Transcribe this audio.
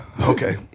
Okay